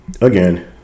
again